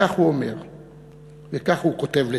כך הוא אומר וכך הוא כותב לתותי: